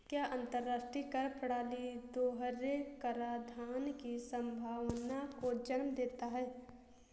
क्या अंतर्राष्ट्रीय कर प्रणाली दोहरे कराधान की संभावना को जन्म देता है?